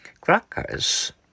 crackers